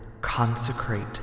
Consecrate